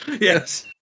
Yes